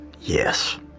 Yes